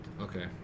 okay